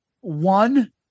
one